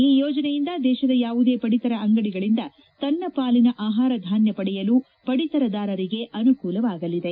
ಈ ಯೋಜನೆಯಿಂದ ದೇಶದ ಯಾವುದೇ ಪಡಿತರ ಅಂಗಡಿಗಳಿಂದ ತನ್ನ ಪಾಲಿನ ಆಹಾರ ಧಾನ್ಯ ಪಡೆಯಲು ಪಡಿತರದಾರರಿಗೆ ಅನುಕೂಲವಾಗಲಿದೆ